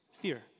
fear